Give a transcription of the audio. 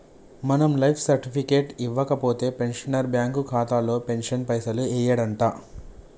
మనం life certificate ఇవ్వకపోతే pensioner bank ఖాతాలో పెన్షన్ పైసలు యెయ్యడంట